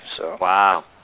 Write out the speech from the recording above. Wow